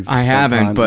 i haven't, but,